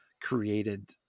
created